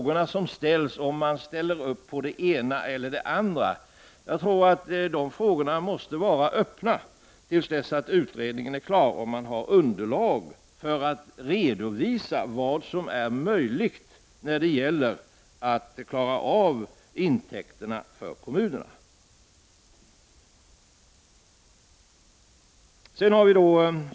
Valet mellan dem tror jag måste hållas öppna till dess att utredningen är klar och man har underlag för att redovisa vad som är möjligt att göra för att tillförsäkra kommunerna intäkter.